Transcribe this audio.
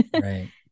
Right